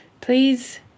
Please